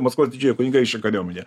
maskvos didžiojo kunigaikščio kariuomenė